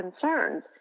concerns